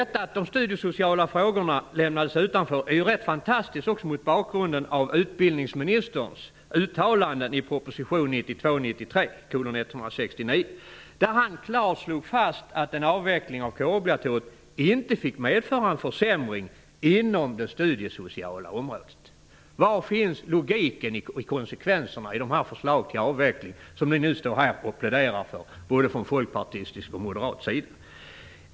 Att de studiesociala frågorna lämnades utanför är ganska märkligt mot bakgrund av utbildningsministerns uttalanden i prop. 1992/93:169. I den slog han klart fast att en avveckling av kårobligatoriet inte fick medföra en försämring inom det studiesociala området. Var finns logiken när det gäller konsekvenserna i de förslag till avveckling som ni nu står och pläderar för, både från folkpartistisk och moderat sida?